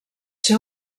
ser